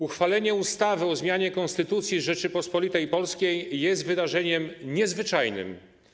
Uchwalenie ustawy o zmianie Konstytucji Rzeczypospolitej Polskiej jest wydarzeniem nadzwyczajnym.